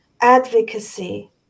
advocacy